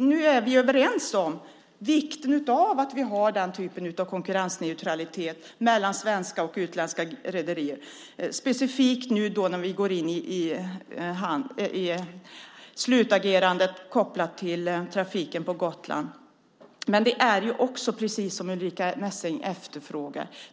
nu överens om vikten av att vi har den typen av konkurrensneutralitet mellan svenska och utländska rederier. Det gäller specifikt nu när vi går in i slutagerandet kopplat till upphandlingen av trafiken till Gotland. Det är som Ulrica Messing säger.